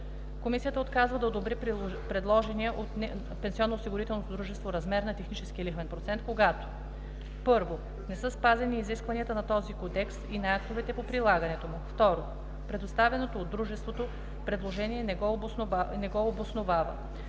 Комисията отказва да одобри предложения от пенсионноосигурителното дружество размер на техническия лихвен процент, когато: 1. не са спазени изискванията на този кодекс и на актовете по прилагането му; 2. представеното от дружеството предложение не го обосновава;